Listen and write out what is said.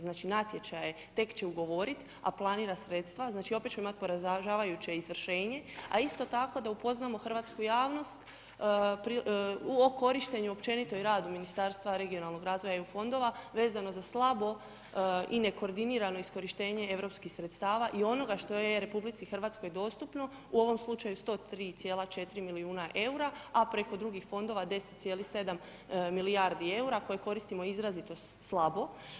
Znači natječaj tek će ugovorit, a planira sredstva, znači opet ćemo imat poražavajuće izvršenje, a isto tako da upoznamo hrvatsku javnost o korištenju općenito i radu Ministarstva regionalnog razvoja i EU fondova vezano za slabo i nekoordinirano iskorištenje europskih sredstava i onoga što je RH dostupno, u ovom slučaju 103,4 milijuna eura, a preko drugih fondova 10,7 milijardi eura koje koristimo izrazito slabo.